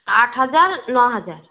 আট হাজার ন হাজার